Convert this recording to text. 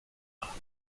war